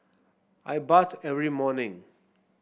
I bath every morning